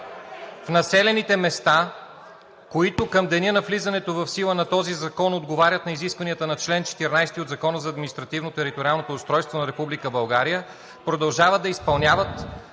в населените места, които към деня на влизането в сила на този закон отговарят на изискванията на чл. 14 от Закона за административно-териториалното устройство на Република България продължават да изпълняват